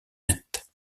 nette